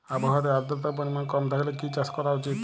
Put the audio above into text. আবহাওয়াতে আদ্রতার পরিমাণ কম থাকলে কি চাষ করা উচিৎ?